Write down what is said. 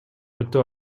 өтө